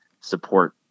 support